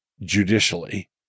judicially